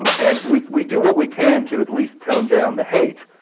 um and we we do what we can to at least tone down the hate.